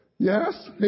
Yes